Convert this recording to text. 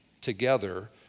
together